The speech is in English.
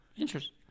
Interesting